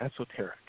esoteric